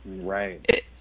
Right